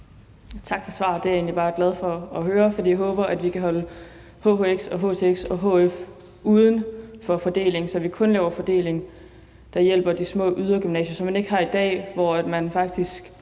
Tak for svaret. Det er jeg egentlig bare glad for at høre, for jeg håber, at vi kan holde hhx, htx og hf uden for fordelingen, så vi kun laver fordeling, der hjælper de små ydergymnasier, sådan at man ikke har det som i dag, hvor det faktisk